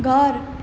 घर